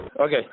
Okay